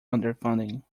underfunding